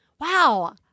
wow